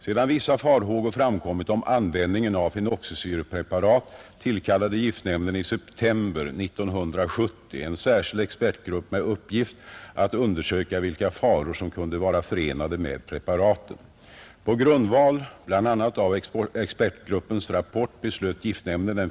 Sedan vissa farhågor framkommit om användningen av fenoxisyrapreparat tillkallade giftnämnden i september 1970 en särskild expertgrupp med uppgift att undersöka vilka faror som kunde vara förenade med preparaten.